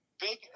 big